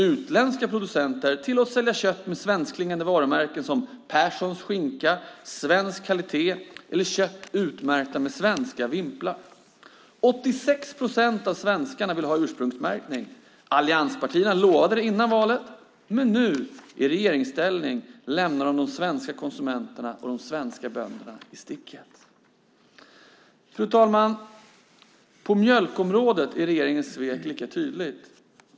Utländska producenter tillåts sälja kött med svenskklingande varumärken som till exempel Pärsons skinka, märkta "svensk kvalitet" eller märkta med svenska vimplar. 86 procent av svenskarna vill ha ursprungsmärkning. Allianspartierna lovade det innan valet, men nu i regeringsställning lämnar de de svenska konsumenterna och de svenska bönderna i sticket. Fru talman! På mjölkområdet är regeringens svek lika tydligt.